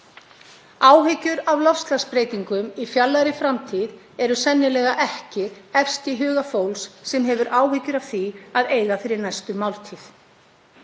Áhyggjur af loftslagsbreytingum í fjarlægri framtíð eru sennilega ekki efst í huga fólks sem hefur áhyggjur af því að eiga fyrir næstu máltíð.